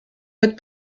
mit